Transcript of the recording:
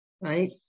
right